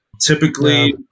Typically